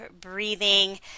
breathing